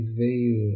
veio